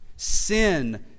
sin